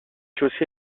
chaussée